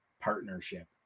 partnership